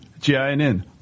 GINN